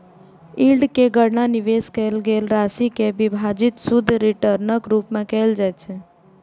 yield के गणना निवेश कैल गेल राशि सं विभाजित शुद्ध रिटर्नक रूप मे कैल जाइ छै